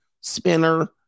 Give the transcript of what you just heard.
spinner